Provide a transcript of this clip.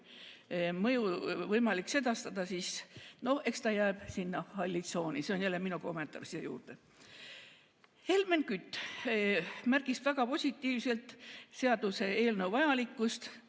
mõju võimalik sedastada, siis ta jääb sinna halli tsooni – see oli jälle minu kommentaar siia juurde. Helmen Kütt märkis väga positiivselt seaduseelnõu vajalikkust,